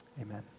Amen